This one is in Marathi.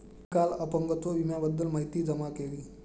मी काल अपंगत्व विम्याबद्दल माहिती जमा केली